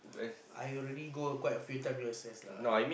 I already go quite a few time U_S_S lah